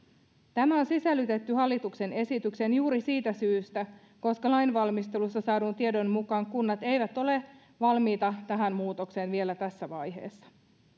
tämä on sisällytetty hallituksen esitykseen juuri siitä syystä koska lainvalmistelussa saadun tiedon mukaan kunnat eivät ole valmiita tähän muutokseen vielä tässä vaiheessa